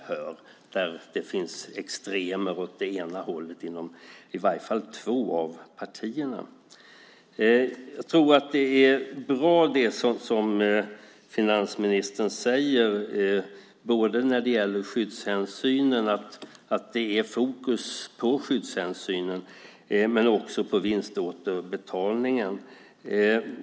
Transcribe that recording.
Det finns extremer åt det ena hållet inom i varje fall två av partierna. Det som finansministern säger är bra. Det gäller att det är fokus på skyddshänsynen men också på vinståterbetalningen.